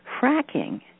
fracking